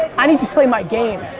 i need to play my game.